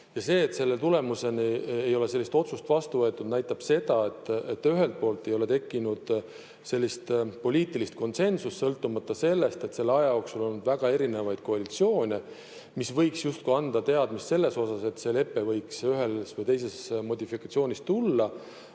ja see, et selle tulemusel ei ole otsust vastu võetud, näitab seda, et ühelt poolt ei ole tekkinud poliitilist konsensust, vaatamata sellele, et selle aja jooksul olnud väga erinevaid koalitsioone, mis võiks justkui anda teadmise selles osas, et see lepe võiks ühes või teises modifikatsioonis tulla.